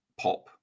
pop